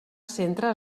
centre